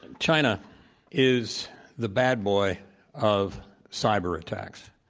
and china is the bad boy of cyber attacks.